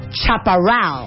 chaparral